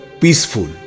peaceful